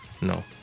no